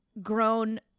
grown